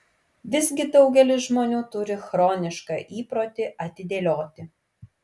visgi daugelis žmonių turį chronišką įprotį atidėlioti